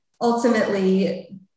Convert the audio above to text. ultimately